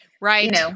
Right